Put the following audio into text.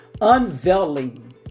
unveiling